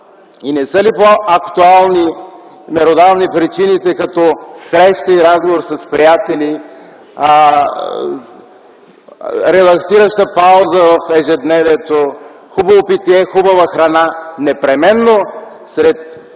не са ли по-актуални, меродавни причините, като срещи и разговори с приятели, релаксираща пауза в ежедневието, хубаво питие, хубава храна? Сред